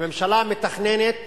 הממשלה מתכננת